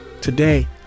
Today